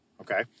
okay